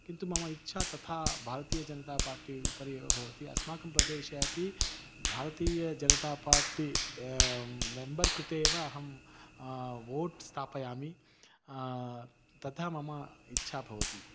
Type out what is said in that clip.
किन्तु मम इच्छा तथा भारतीयजनतापार्टी उपरि एव भवति अस्माकं प्रदेशे अपि भारतीयजनतापार्टी मेम्बर् कृते एव अहं वोट् स्थापयामि तथा मम इच्छा भवति इति